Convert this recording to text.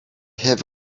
have